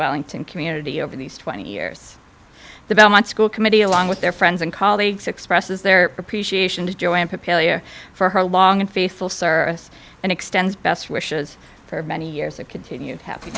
wellington community over these twenty years the belmont school committee along with their friends and colleagues expresses their appreciation to joanne popular for her long and faithful service and extends best wishes for many years of continued happy